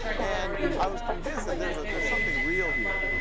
and i was convinced that there's ah there's something real here.